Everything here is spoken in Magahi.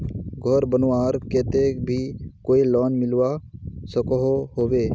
घोर बनवार केते भी कोई लोन मिलवा सकोहो होबे?